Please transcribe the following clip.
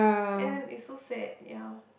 and it's so sad ya